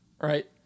right